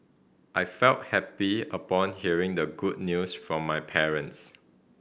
I felt happy upon hearing the good news from my parents